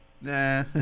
Nah